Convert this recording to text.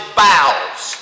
bowels